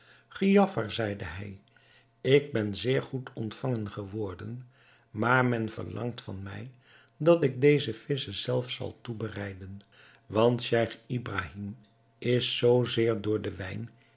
zeide hij ik ben zeer goed ontvangen geworden maar men verlangt van mij dat ik deze visschen zelf zal toebereiden want scheich ibrahim is zoo zeer door den wijn